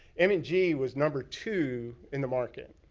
m and g was number two in the market.